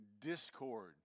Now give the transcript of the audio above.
discord